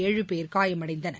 ஏழு பேர் காயமடைந்தனர்